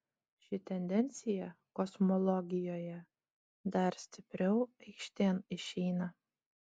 ši tendencija kosmologijoje dar stipriau aikštėn išeina